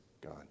God